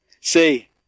See